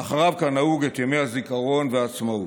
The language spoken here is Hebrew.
ואחריו, כנהוג, את ימי הזיכרון והעצמאות.